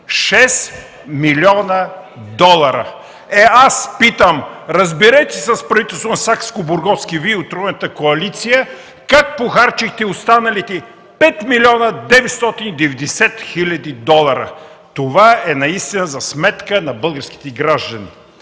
милиона долара! Е, аз питам: разберете се с правителството на Сакскобургготски и Вие от тройната коалиция как похарчихте останалите 5 млн. 990 хил. долара? Това е наистина за сметка на българските граждани.